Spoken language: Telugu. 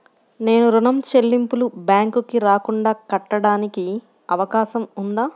నేను ఋణం చెల్లింపులు బ్యాంకుకి రాకుండా కట్టడానికి అవకాశం ఉందా?